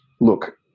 look